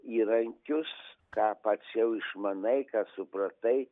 įrankius ką pats jau išmanai ką supratai